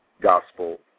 gospel